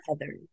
Heather